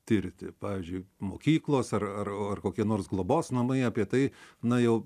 tirti pavyzdžiui mokyklos ar ar ar kokie nors globos namai apie tai na jau